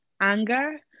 anger